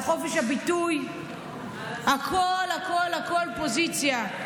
על חופש הביטוי, הכול הכול פוזיציה.